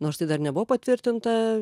nors tai dar nebuvo patvirtinta